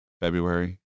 February